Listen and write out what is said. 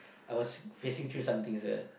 I was facing through some things ah